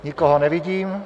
Nikoho nevidím.